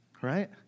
right